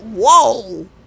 whoa